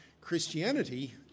Christianity